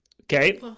Okay